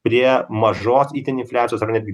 prie mažos itin infliacijos ar netgi